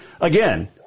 again